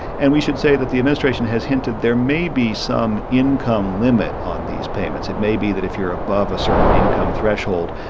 and we should say that the administration has hinted there may be some income limit on these payments. it may be that if you're above a certain income threshold,